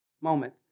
moment